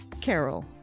Carol